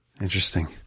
Interesting